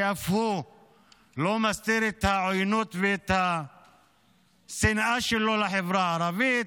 שאף הוא לא מסתיר את העוינות ואת השנאה שלו לחברה הערבית.